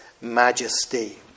majesty